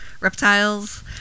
reptiles